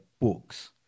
books